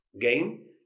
game